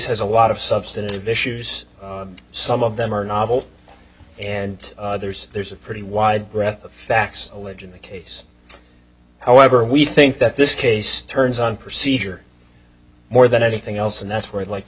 has a lot of substantive issues some of them are novel and others there's a pretty wide breadth of facts alleging the case however we think that this case turns on procedure more than anything else and that's where i'd like to